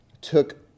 took